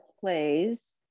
plays